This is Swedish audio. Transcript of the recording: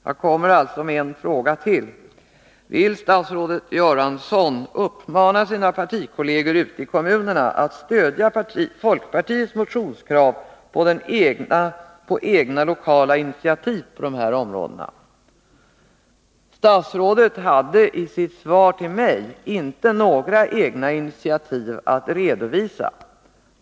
Jag ställer därför ytterligare en fråga: Vill statsrådet Göransson uppmana sina partikolleger utei kommunerna att stödja folkpartiets motionskrav på egna lokala initiativ på dessa områden? Statsrådet hade i sitt svar till mig inga egna initiativ att redovisa.